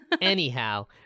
anyhow